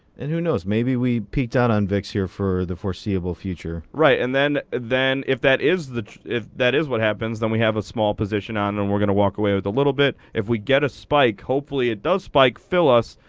and who knows, maybe we peaked out on vix here for the foreseeable future. right, and then then if that is if that is what happens, then we have a small position on and we're gonna walk away with a little bit. if we get a spike, hopefully it does spike, fill us,